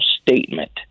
statement